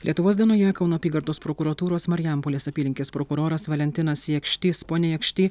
lietuvos dienoje kauno apygardos prokuratūros marijampolės apylinkės prokuroras valentinas jakštys pone jakšty